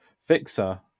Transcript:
Fixer